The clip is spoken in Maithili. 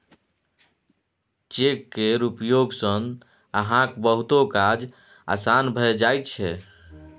चेक केर उपयोग सँ अहाँक बहुतो काज आसान भए जाइत छै